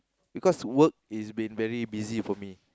because work is been very busy for me